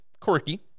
quirky